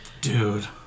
Dude